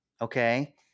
okay